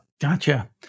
Gotcha